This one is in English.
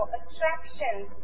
attractions